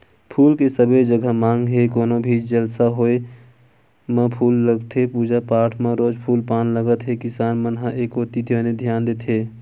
फूल के सबे जघा मांग हे कोनो भी जलसा होय म फूल लगथे पूजा पाठ म रोज फूल पान लगत हे किसान मन ह ए कोती बने धियान देत हे